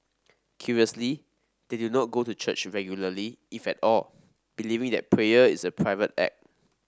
curiously they do not go to church regularly if at all believing that prayer is a private act